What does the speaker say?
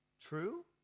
True